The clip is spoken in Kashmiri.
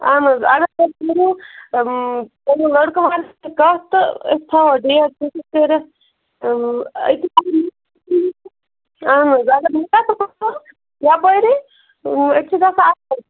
اَہَن حظ اَگر کٔرِو لٔڑکہٕ والٮ۪ن سۭتۍ تہِ کَتھ تہٕ أسۍ تھاوَو ڈیٹ فِکٕس کٔرِتھ أتی اَہَن حظ اَگر نہٕ کیٛاہ پتاہ یَپٲرۍ ہے أتۍ چھُ گژھان اَصٕل